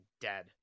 dead